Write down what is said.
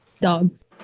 Dogs